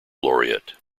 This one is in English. laureate